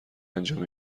انجام